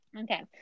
Okay